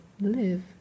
live